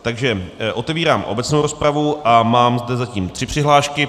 Takže otevírám obecnou rozpravu a mám zde zatím tři přihlášky.